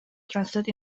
translate